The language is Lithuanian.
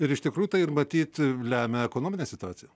ir iš tikrųjų tai ir matyt lemia ekonominė situacija